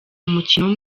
umukino